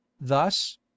Thus